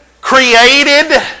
created